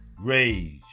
Rage